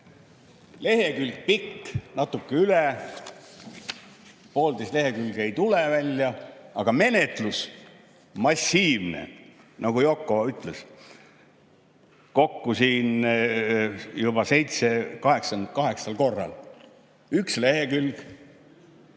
Lehekülg pikk, natuke üle, poolteist lehekülge ei tule välja, aga menetlus massiivne, nagu Yoko ütles. Kokku siin juba seitsmel või kaheksal